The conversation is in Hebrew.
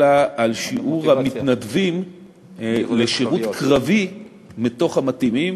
אלא על שיעור המתנדבים לשירות קרבי מתוך המתאימים.